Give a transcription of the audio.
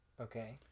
Okay